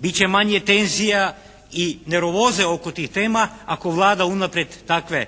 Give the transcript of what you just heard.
Bit će manje tenzija i nervoze oko tih tema ako Vlada unaprijed takve